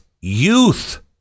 youth